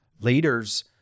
leaders